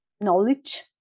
knowledge